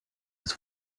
his